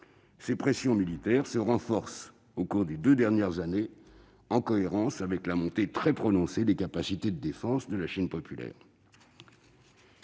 Ces pressions militaires se sont renforcées au cours des deux dernières années en cohérence avec la montée très prononcée des capacités de défense de la Chine populaire.